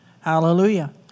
Hallelujah